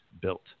built